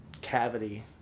cavity